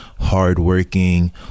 hardworking